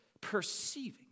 perceiving